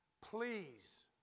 Please